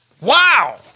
wow